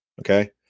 Okay